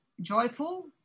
joyful